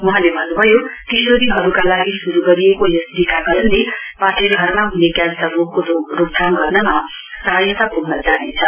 वहाँले भन्नुभयो किशोरीहरूका लागि शुरू गरिएको यस टीकाकरणले पाठेघरमा हुने क्यान्सर रोगको रोकथाम गर्नमा सहायता पुग्न जानेछ